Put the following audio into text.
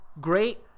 great